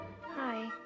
Hi